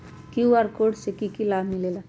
QR code से कि कि लाव मिलेला?